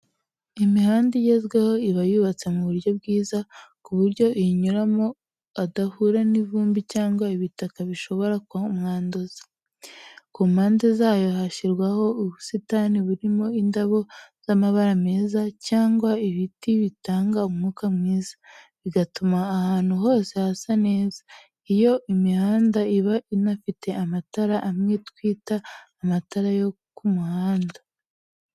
Imihanda igezweho iba yubatse mu buryo bwiza, ku buryo uyinyuramo adahura n'ivumbi cyangwa ibitaka bishobora kumwanduza. Ku mpande zayo, hashyirwaho ubusitani burimo indabo z'amabara meza cyangwa ibiti bitanga umwuka mwiza, bigatuma ahantu hose hasa neza. Iyo mihanda iba inafite amatara amwe twita amatara yo ku muhanda.